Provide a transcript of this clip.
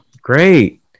Great